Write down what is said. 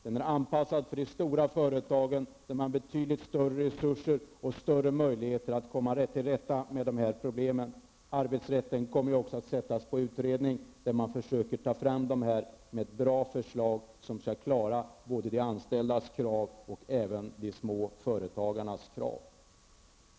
Den är anpassad för de stora företagen, som har betydligt större resurser och möjligheter att komma till rätta med problemen. Beträffande arbetsrätten kommer det ju också att genomföras en utredning, där man försöker ta fram ett bra förslag, som skall tillgodose både de anställdas och de små företagarnas krav.